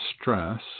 stress